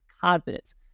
confidence